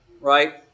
Right